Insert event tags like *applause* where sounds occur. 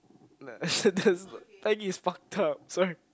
*laughs* nah there's Peggy is fucked up sorry